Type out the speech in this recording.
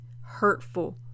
hurtful